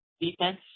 Defense